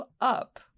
up